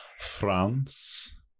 France